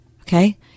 Okay